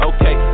Okay